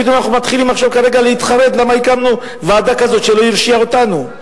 פתאום אנחנו מתחילים כרגע להתחרט למה הקמנו ועדה כזאת שלא הרשיעה אותנו,